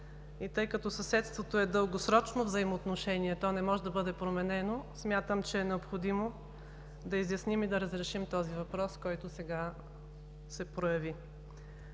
И тъй като съседството е дългосрочно взаимоотношение – то не може да бъде променено, смятам, че е необходимо да изясним и да разрешим този въпрос, който сега се прояви.